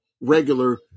regular